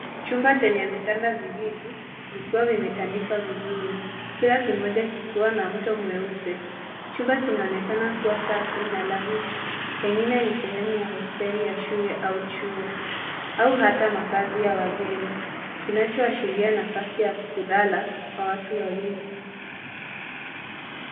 Chumba chenye vitanda viwili vikiwa vimetandikwa vizuri, kila kimoja kikiwa na mto mweupe. Chumba kinaonekana kuwa safi na rahisi pengine ni hosteli ya shule au chuo au hata makazi ya wageni. Kinachoashiria nafasi ya kulala kwa watu wawili.